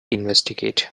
investigate